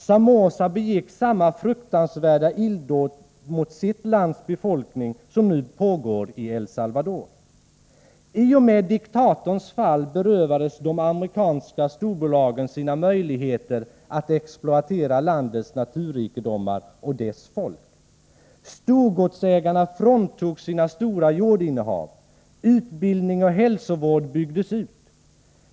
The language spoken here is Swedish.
Somoza begick samma fruktansvärda illdåd mot sitt lands befolkning som det som nu pågår i El Salvador. I och med diktatorns fall berövades de amerikanska storbolagen sina möjligheter att exploatera landets naturrikedomar och dess folk. Storgodsägarna fråntogs sina stora jordinnehav. Utbildning och hälsovård byggdes ut.